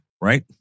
right